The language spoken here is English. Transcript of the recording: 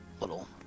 little